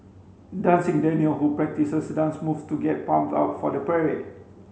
dancing Daniel who practices dance moves to get pumped up for the parade